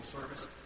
service